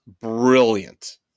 brilliant